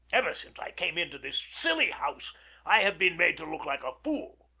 ever since i came into this silly house i have been made to look like a fool,